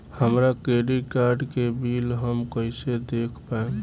हमरा credit card के bill हम कइसे देख पाएम?